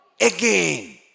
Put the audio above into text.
Again